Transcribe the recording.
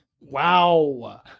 Wow